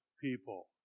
people